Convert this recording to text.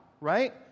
right